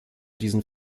diesen